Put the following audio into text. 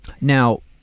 Now